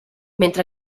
mentre